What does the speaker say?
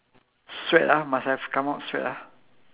sweat ah must have come out sweat ah